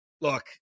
look